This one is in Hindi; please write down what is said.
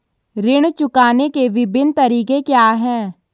ऋण चुकाने के विभिन्न तरीके क्या हैं?